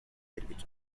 эргэж